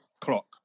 clock